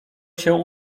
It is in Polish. się